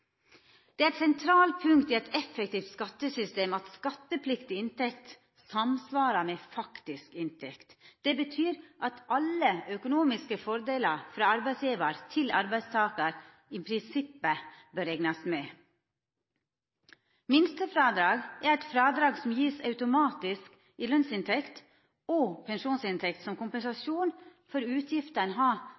Det er eit sentralt punkt i eit effektivt skattesystem at skattepliktig inntekt samsvarar med faktisk inntekt. Det betyr at alle økonomiske fordelar frå arbeidsgjevar til arbeidstakar i prinsippet bør reknast med. Minstefrådrag er eit frådrag som vert gjeve automatisk i lønnsinntekt og pensjonsinntekt som kompensasjon for utgifter ein har